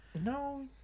No